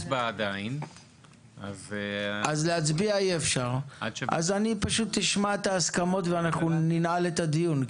אני אשמע את ההסכמות, ואני אנעל את הדיון.